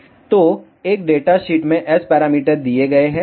तो एक data sheet में S पैरामीटर दिए गए हैं